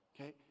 Okay